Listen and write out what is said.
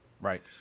Right